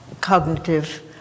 cognitive